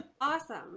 Awesome